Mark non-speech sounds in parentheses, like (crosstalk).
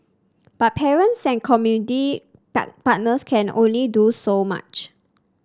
but parents and community (unintelligible) partners can only do so much